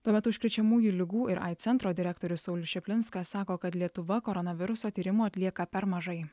tuomet užkrečiamųjų ligų ir aids centro direktorius saulius čaplinskas sako kad lietuva koronaviruso tyrimų atlieka per mažai